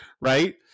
right